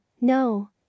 no